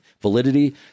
validity